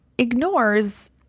ignores